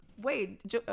Wait